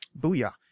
booyah